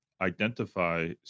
identify